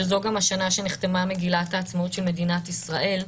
שזו גם השנה שנחתמה מגילת העצמאות של מדינת ישראל,